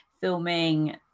filming